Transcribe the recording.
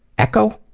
echo.